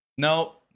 No